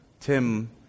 tim